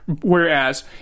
Whereas